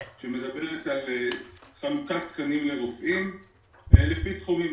והיא מדברת על חלוקת תקנים לרופאים לפי תחומים.